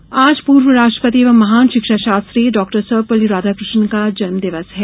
शिक्षक दिवस आज पूर्व राष्ट्रपति एवं महान शिक्षा शास्त्री डॉक्टर सर्वपल्ली राधाकृष्णन का जन्म दिवस है